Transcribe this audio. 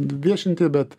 viešinti bet